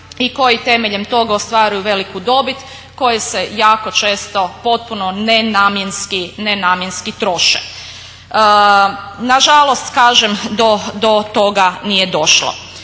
i koji temeljem tog ostvaruju veliku dobit koji se jako često potpuno ne namjenski troše. Nažalost kažem do toga nije došlo.